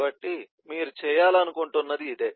కాబట్టి మీరు చేయాలనుకుంటున్నది ఇదే